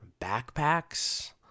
backpacks